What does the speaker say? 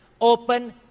open